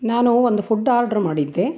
ನಾನು ಒಂದು food order ಮಾಡಿದ್ದೆ